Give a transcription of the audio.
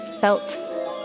felt